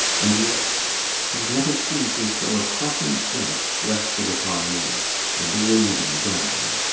and yet and yet it seems as though a crushing debt rested upon me and weighed me down.